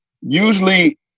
usually